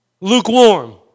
Lukewarm